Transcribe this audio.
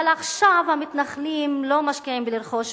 אבל עכשיו המתנחלים לא משקיעים בלרכוש בתים,